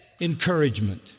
encouragement